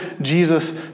Jesus